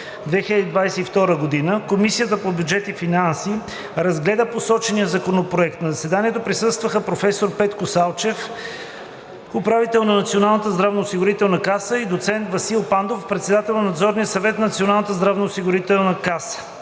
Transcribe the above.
2022 г., Комисията по бюджет и финанси разгледа посочения законопроект. На заседанието присъстваха професор доктор Петко Салчев – управител на Националната здравноосигурителна каса, и доцент Васил Пандов – председател на Надзорния съвет на Националната здравноосигурителна каса.